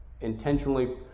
intentionally